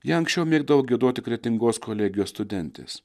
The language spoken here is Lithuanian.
ją anksčiau mėgdavo giedoti kretingos kolegijos studentės